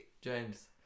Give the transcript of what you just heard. James